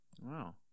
Wow